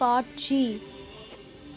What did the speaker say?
காட்சி